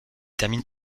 termine